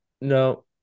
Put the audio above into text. No